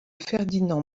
ferdinand